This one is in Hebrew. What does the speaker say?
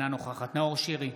אינה נוכחת נאור שירי,